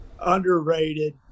underrated